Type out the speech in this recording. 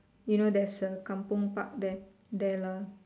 you know there's a Kampung park there there lah